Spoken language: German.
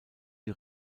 die